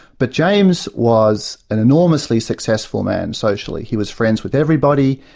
but james was an enormously successful man socially. he was friends with everybody.